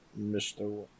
Mr